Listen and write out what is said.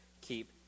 keep